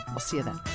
we'll see you then